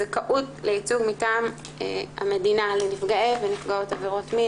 הזכאות לייצוג מטעם המדינה לנפגעי ונפגעות עבירות מין,